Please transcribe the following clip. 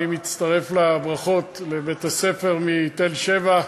אני מצטרף לברכות לבית-הספר מתל-שבע.